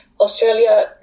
Australia